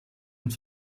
und